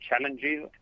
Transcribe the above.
challenges